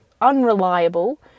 unreliable